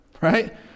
Right